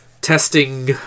testing